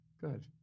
Good